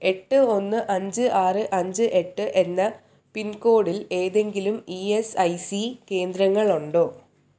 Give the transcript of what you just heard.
എട്ട് ഒന്ന് അഞ്ച് ആറ് അഞ്ച് എട്ട് എന്ന പിൻ കോഡിൽ ഏതെങ്കിലും ഇ എസ് ഐ സി കേന്ദ്രങ്ങൾ ഉണ്ടോ